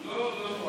לא, לא.